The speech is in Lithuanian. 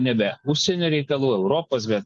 nebe užsienio reikalų europos bet